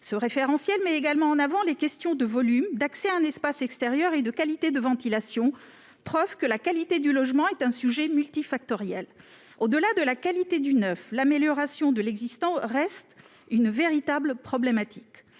Ce référentiel souligne également les questions de volume, d'accès à un espace extérieur et de qualité de ventilation- preuve que la qualité du logement est un sujet multifactoriel. Au-delà de la qualité du neuf, l'amélioration de l'existant reste un véritable problème.